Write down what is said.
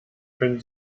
können